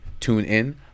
TuneIn